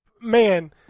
Man